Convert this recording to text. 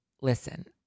listen